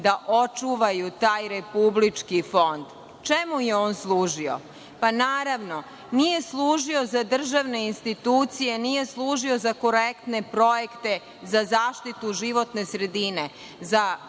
da očuvaju taj republički fond. Čemu je on služio? Pa nije služio za državne institucije, nije služio za izuzetne projekte, za zaštitu životne sredine, za